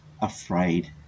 afraid